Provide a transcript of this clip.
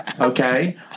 okay